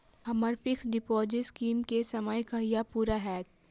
हम्मर fix deposit scheme केँ समय कहिया पूरा हैत?